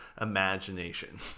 imagination